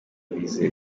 bizeye